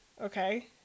okay